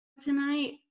tonight